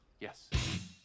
Yes